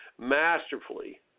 masterfully